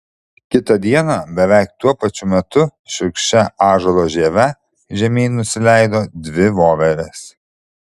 kitą dieną beveik tuo pačiu metu šiurkščia ąžuolo žieve žemyn nusileido dvi voverės